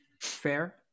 Fair